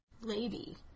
lady